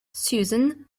susan